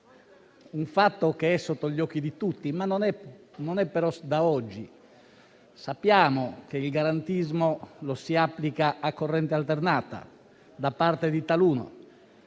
un fatto che è sotto gli occhi di tutti, ma non da oggi. Sappiamo che il garantismo viene applicato a corrente alternata da parte di taluni